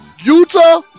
Utah